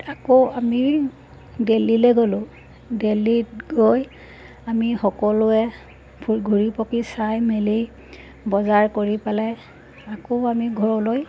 আকৌ আমি দেলহিলৈ গ'লোঁ দেলহিত গৈ আমি সকলোৱে ঘূৰি পকি চাই মেলি বজাৰ কৰি পেলাই আকৌ আমি ঘৰলৈ